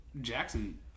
Jackson